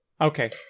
Okay